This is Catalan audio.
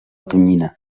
tonyina